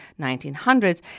1900s